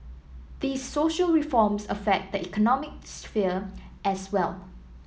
these social reforms affect the economic sphere as well